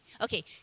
Okay